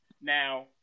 Now